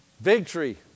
Victory